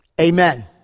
Amen